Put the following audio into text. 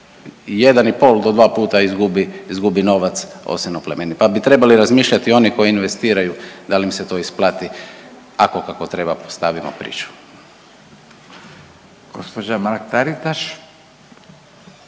se 1,5 do 2 puta izgubi novac, .../Govornik se ne razumije./... pa bi trebali razmišljati oni koji investiraju, da li im se to isplati, ako kako treba stavimo priču.